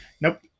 Nope